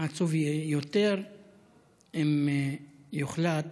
יהיה עצוב יותר אם יוחלט